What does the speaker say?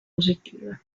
positive